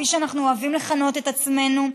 כפי שאנחנו אוהבים לכנות את עצמנו,